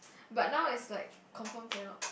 but now is like confirm cannot